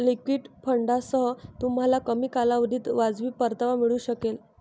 liquid फंडांसह, तुम्हाला कमी कालावधीत वाजवी परतावा मिळू शकेल